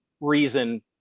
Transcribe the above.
reason